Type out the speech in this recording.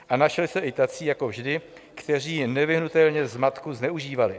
A našli se i tací jako vždy, kteří nevyhnutelně zmatku zneužívali.